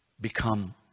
become